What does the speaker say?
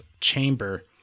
chamber